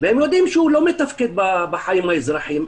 ויודעים שהוא לא מתפקד בחיים האזרחיים.